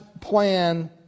plan